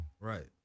Right